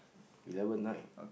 eleven right